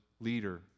leader